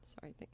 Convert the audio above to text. Sorry